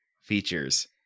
features